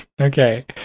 Okay